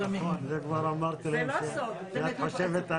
זה לא סוד, והם יודעים את זה.